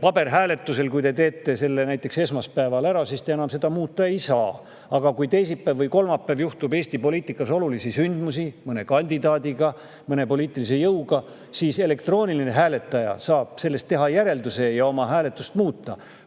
Paberhääletusel, kui te teete [oma otsuse] näiteks esmaspäeval ära, siis te enam seda muuta ei saa. Aga kui teisipäeval või kolmapäeval juhtub Eesti poliitikas olulisi sündmusi mõne kandidaadiga või mõne poliitilise jõuga, siis elektrooniline hääletaja saab sellest teha järelduse ja oma häält muuta,